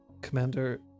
Commander